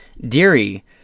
Deary